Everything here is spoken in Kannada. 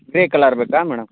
ಗ್ರೇ ಕಲರ್ ಬೇಕಾ ಮೇಡಮ್